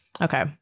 Okay